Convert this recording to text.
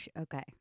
Okay